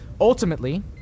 Ultimately